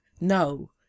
no